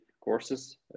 courses